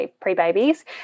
pre-babies